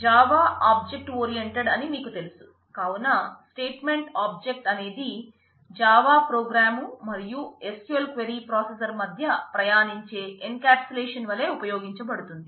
Java object oriented వలే ఉపయోగించబడుతుంది